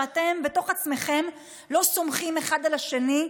שאתם בתוך עצמכם לא סומכים אחד על השני,